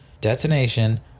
Detonation